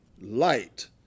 light